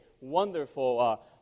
wonderful